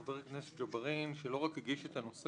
חבר הכנסת ג'בארין שלא רק הגיש את הנושא,